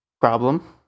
problem